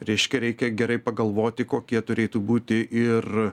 reiškia reikia gerai pagalvoti kokie turėtų būti ir